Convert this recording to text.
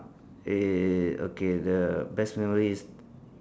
eh okay the best memories is